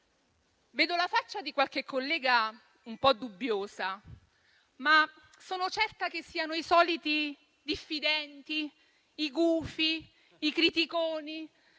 Vedo la faccia di qualche collega un po' dubbiosa, ma sono certa che siano i soliti diffidenti, i gufi, i criticoni,